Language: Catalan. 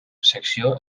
secció